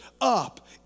up